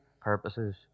purposes